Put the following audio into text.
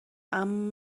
اما